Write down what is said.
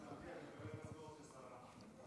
איפה השר?